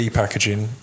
packaging